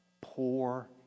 poor